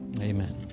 Amen